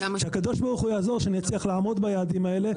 והקב"ה יעזור שאני אצליח לעמוד ביעדים האלה,